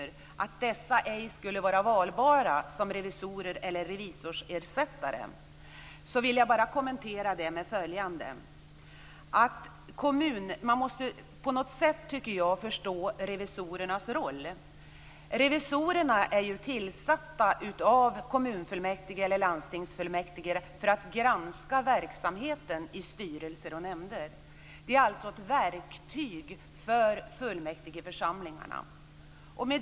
Den går ut på att dessa ej skulle vara valbara som revisorer eller revisorsersättare. Man måste förstå revisorernas roll. De är tillsatta av kommunfullmäktige eller landstingsfullmäktige för att granska verksamheten i styrelser och nämnder. De är ett verktyg för fullmäktigeförsamlingarna.